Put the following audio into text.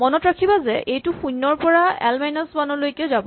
মনত ৰাখিবা যে এইটো শূণ্যৰ পৰা এল মাইনাচ ৱানলৈকে যাব